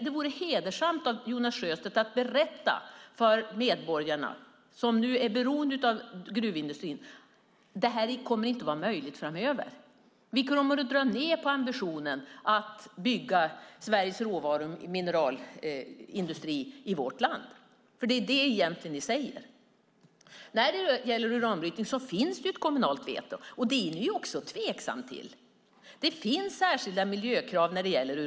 Det vore hedersamt av Jonas Sjöstedt att berätta för medborgarna, som är beroende av gruvindustrin, att detta inte kommer att vara möjligt framöver eftersom ni kommer att dra ned på ambitionen att bygga Sveriges mineralindustri. Det är ju vad ni egentligen säger. När det gäller uranbrytning finns det ett kommunalt veto. Det är ni också tveksamma till. Det finns särskilda miljökrav för uran.